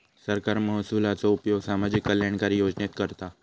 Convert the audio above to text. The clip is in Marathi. सरकार महसुलाचो उपयोग सामाजिक कल्याणकारी योजनेत करता